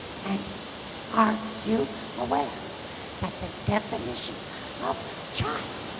and are you aware that the definition of child